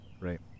Right